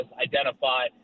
identify